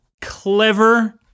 clever